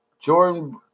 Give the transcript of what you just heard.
Jordan